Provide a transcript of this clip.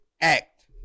act